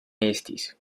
eestis